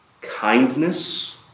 kindness